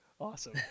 Awesome